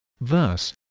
Thus